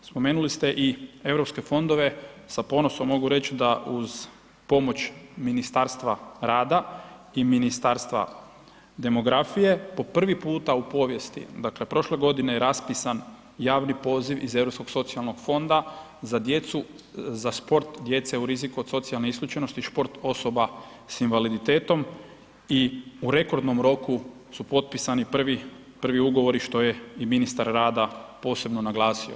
Spomenuli ste i Europske fondove, sa ponosom mogu reći da uz pomoć Ministarstva rada i Ministarstva demografije po prvi puta u povijesti, dakle prošle godine je raspisan javni poziv iz Europskog socijalnog fonda za djecu, za sport djece u riziku od socijalne isključenosti, šport osoba s invaliditetom i u rekordnom roku su potpisani prvi, prvi ugovori što je i ministar rada posebno naglasio.